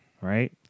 right